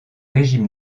régime